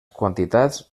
quantitats